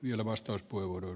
arvoisa puhemies